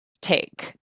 take